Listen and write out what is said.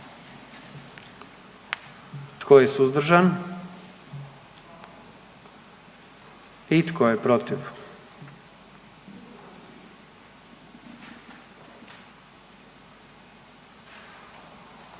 Tko je suzdržan? I tko je protiv?